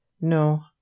no